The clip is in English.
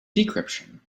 decryption